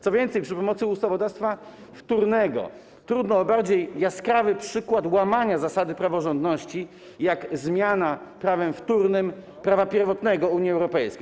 Co więcej, przy pomocy ustawodawstwa wtórnego trudno o bardziej jaskrawy przykład łamania zasady praworządności, jak zmiana prawem wtórnym prawa pierwotnego Unii Europejskiej.